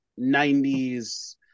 90s